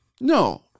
No